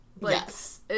yes